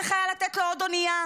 צריך היה לתת לו עוד אונייה.